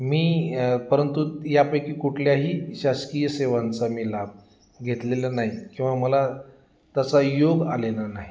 मी परंतु यापैकी कुठल्याही शासकीय सेवांचा मी लाभ घेतलेला नाही किंवा मला त्याचा योग आलेला नाही